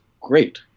great